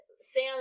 Sam